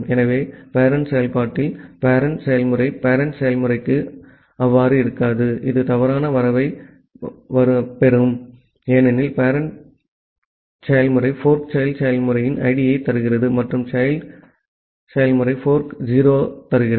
ஆகவே பேரெண்ட் செயல்பாட்டில் பேரெண்ட் செயல்முறை பேரெண்ட் செயல்முறைக்கு அவ்வாறு இருக்காது இது தவறான வருவாயைப் பெறும் ஏனெனில் பேரெண்ட் பேரெண்ட் செயல்முறை ஃபோர்க் child செயல்முறையின் ஐடியைத் தருகிறது மற்றும் சைல்டு செயல்முறை fork 0 தருகிறது